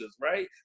right